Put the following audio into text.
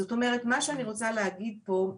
זאת אומרת שמה שאני רוצה להגיד פה.